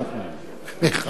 חבר הכנסת רותם,